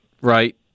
right